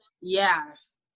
yes